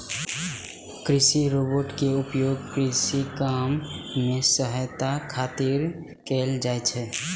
कृषि रोबोट के उपयोग कृषि काम मे सहायता खातिर कैल जाइ छै